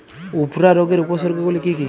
উফরা রোগের উপসর্গগুলি কি কি?